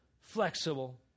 flexible